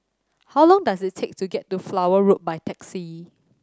how long does it take to get to Flower Road by taxi